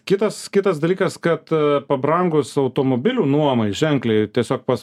kitas kitas dalykas kad pabrangus automobilių nuomai ženkliai tiesiog pas